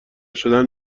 شدن